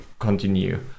continue